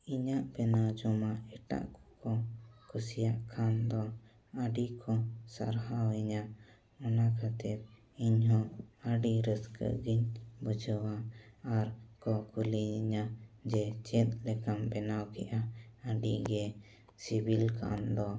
ᱤᱧᱟᱹᱜ ᱵᱮᱱᱟᱣ ᱡᱚᱢᱟᱜ ᱮᱴᱟᱜ ᱠᱚ ᱠᱩᱥᱤᱭᱟᱜ ᱠᱷᱟᱱ ᱫᱚ ᱟᱹᱰᱤ ᱠᱚ ᱥᱟᱨᱦᱟᱣᱤᱧᱟᱹ ᱚᱱᱟ ᱠᱷᱟᱹᱛᱤᱨ ᱤᱧᱦᱚᱸ ᱟᱹᱰᱤ ᱨᱟᱹᱥᱠᱟᱹᱜᱤᱧ ᱵᱩᱡᱷᱟᱹᱣᱟ ᱟᱨᱠᱚ ᱠᱩᱞᱤᱭᱤᱧᱟᱹ ᱡᱮ ᱪᱮᱫ ᱞᱮᱠᱟᱢ ᱵᱮᱱᱟᱣ ᱠᱮᱜᱼᱟ ᱟᱹᱰᱤᱜᱮ ᱥᱤᱵᱤᱞ ᱠᱟᱱ ᱫᱚ